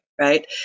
right